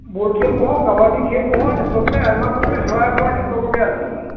ᱵᱚᱞᱠᱷᱮᱞ ᱠᱚᱦᱚᱸ ᱠᱟᱵᱟᱰᱤ ᱠᱷᱮᱞ ᱠᱚᱦᱚᱸ ᱡᱚᱛᱚ ᱜᱮᱞᱮ ᱟᱭᱢᱟ ᱠᱚᱜᱮᱞᱮ ᱥᱮᱸᱲᱟ ᱟᱠᱚ ᱠᱟᱱᱟ ᱡᱚᱛᱚ ᱠᱚᱜᱮ ᱟᱨᱠᱤ